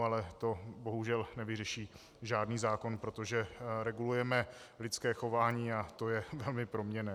Ale to bohužel nevyřeší žádný zákon, protože regulujeme lidské chování a to je velmi proměnné.